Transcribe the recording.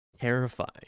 terrifying